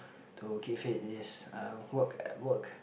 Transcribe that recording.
to keep fit is uh work work